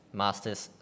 master's